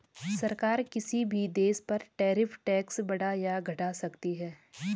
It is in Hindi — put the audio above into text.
सरकार किसी भी देश पर टैरिफ टैक्स बढ़ा या घटा सकती है